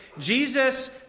Jesus